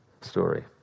story